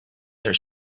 their